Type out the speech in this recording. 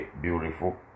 beautiful